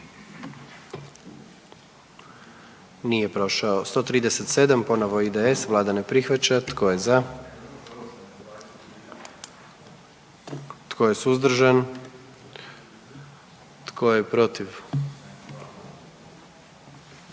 44. Kluba zastupnika SDP-a, vlada ne prihvaća. Tko je za? Tko je suzdržan? Tko je protiv?